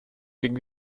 gegen